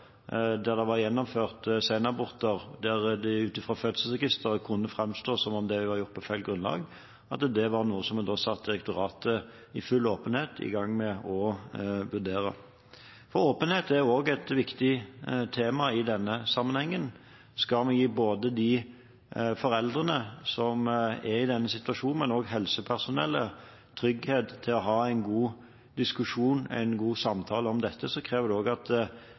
der det var gjennomført senaborter som ut fra fødselsregisteret kunne framstå som gjort på feil grunnlag, var det noe man – i full åpenhet – satte direktoratet i gang med å vurdere. Åpenhet er også et viktig tema i denne sammenhengen. Skal vi gi de foreldrene som er i denne situasjonen – men også helsepersonellet – trygghet til å ha en god diskusjon, en god samtale om dette, krever det også at